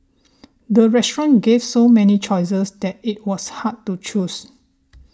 the restaurant gave so many choices that it was hard to choose